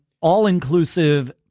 all-inclusive